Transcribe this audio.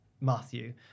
Matthew